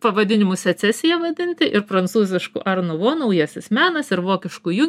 pavadinimu secesija vadinti ir prancūziškų arnuvo menas ir vokiškų jų